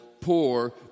poor